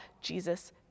Jesus